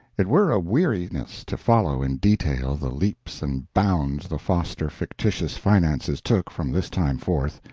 it were a weariness to follow in detail the leaps and bounds the foster fictitious finances took from this time forth.